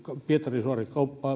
pietarin suomen